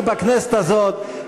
אני בכנסת הזאת,